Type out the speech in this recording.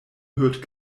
hürth